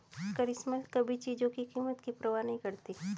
करिश्मा कभी चीजों की कीमत की परवाह नहीं करती